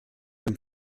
dem